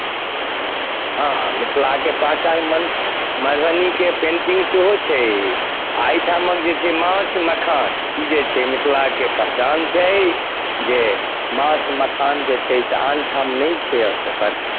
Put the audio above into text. हँ मिथिलाके पहचान मन मधुबनीके पेन्टिंग सेहो छै आ एहिठामक जे छै माछ मखान ई जे छै मिथिलाके पहचान छै जे माछ मखान जे छै से आन ठाम नहि छै एकर